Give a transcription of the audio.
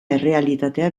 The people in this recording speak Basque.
errealitatea